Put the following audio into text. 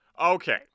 Okay